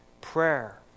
prayer